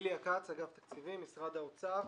תפסיקו.